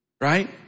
right